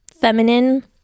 feminine